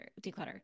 declutter